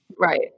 Right